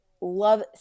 love